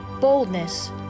boldness